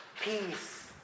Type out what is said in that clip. peace